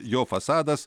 jo fasadas